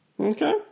Okay